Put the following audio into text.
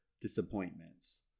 disappointments